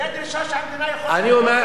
זו דרישה שהמדינה יכולה,